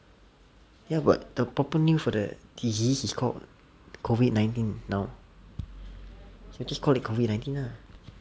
ya but the proper name for the disease is called COVID nineteen now so just call it COVID nineteen lah